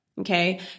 Okay